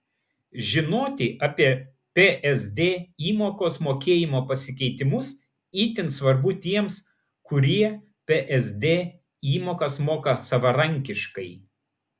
žinoti apie psd įmokos mokėjimo pasikeitimus itin svarbu tiems kurie psd įmokas moka savarankiškai